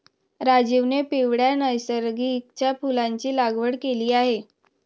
राजीवने पिवळ्या नर्गिसच्या फुलाची लागवड केली आहे